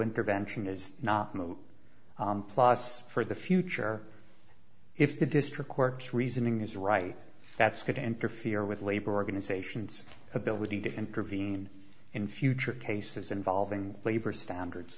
intervention is not moot plus for the future if the district court's reasoning is right that's going to interfere with labor organizations ability to intervene in future cases involving labor standards